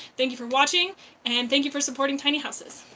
thanks for watching and thanks for supporting tiny houses.